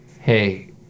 hey